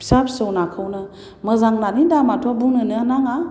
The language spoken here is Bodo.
फिसा फिसौ नाखौनो मोजां नानि दामाथ' बुंनोनो नाङा